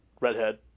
redhead